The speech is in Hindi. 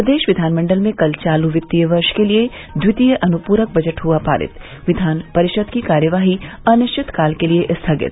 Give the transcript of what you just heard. प्रदेश विधानमंडल में कल चालू वित्तीय वर्ष के लिये द्वितीय अनुपूरक बजट हुआ पारित विधान परिषद की कार्यवाही अनिश्चितकाल के लिये स्थगित